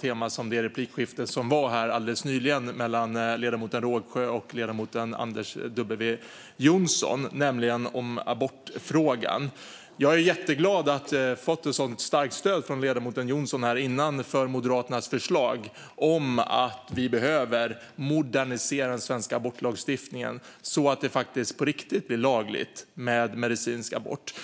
tema som replikskiftet alldeles nyss mellan ledamoten Rågsjö och ledamoten Anders W Jonsson, nämligen om abortfrågan. Jag är jätteglad att jag tidigare fått ett så starkt stöd från ledamoten Jonsson för Moderaternas förslag om att vi behöver modernisera den svenska abortlagstiftningen så att det på riktigt blir lagligt med medicinsk abort.